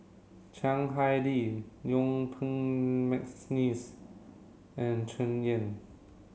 Chiang Hai Ding Yuen Peng McNeice and Tsung Yeh